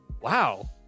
wow